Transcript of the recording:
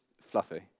fluffy